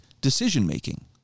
decision-making